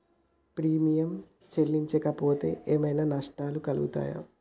Premium చెల్లించకపోతే ఏమైనా నష్టాలు కలుగుతయా?